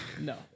No